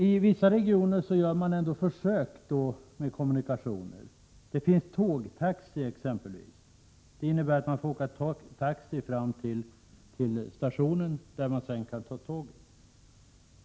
I vissa regioner gör man ändå försök med kommunikationerna. Det finns exempelvis tågtaxi, och det innebär att man får åka taxi fram till stationen, där man sedan tar tåget.